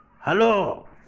hello